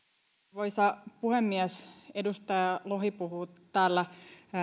arvoisa puhemies edustaja lohi puhuu täällä